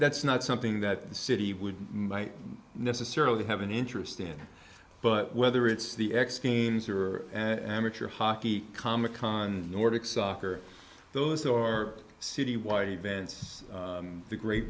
that's not something that the city would might necessarily have an interest in but whether it's the extremes or an amateur hockey comic con nordic soccer those or city wide events the great